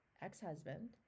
ex-husband